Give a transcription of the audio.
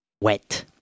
Wet